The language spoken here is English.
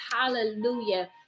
Hallelujah